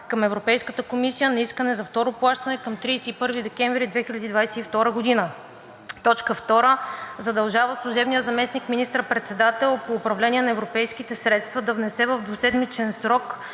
към Европейската комисия на искане за второ плащане към 31 декември 2022 г.; 2. Задължава служебния заместник министър-председател по управление на европейските средства да внесе в двуседмичен срок